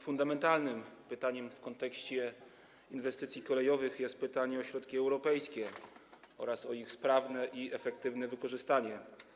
Fundamentalnym pytaniem w kontekście inwestycji kolejowych jest pytanie o środki europejskie oraz o ich sprawne i efektywne wykorzystanie.